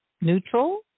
neutral